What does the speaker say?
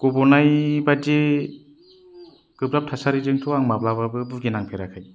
गब'नाय बादि गोब्राब थासारिजोंथ' आङो माब्लाबाबो बुगिनांफेराखै